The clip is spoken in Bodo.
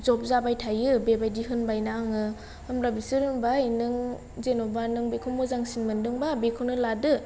जब जाबाय थायो बेबायदि होनबायना आङो होब्ला बिसोरो बुंबाय नों जेनबा नों बेखो मोजांसिन मोनदोंबा नों बेखौनो लादो